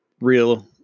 real